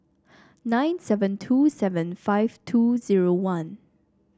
nine seven two seven five two zero one